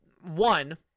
one